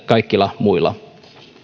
kaikilla muilla